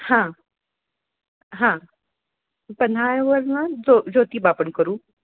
हां हां पन्हाळ्यावरनं जो ज्योतिबा पण करू